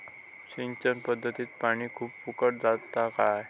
सिंचन पध्दतीत पानी खूप फुकट जाता काय?